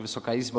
Wysoka Izbo!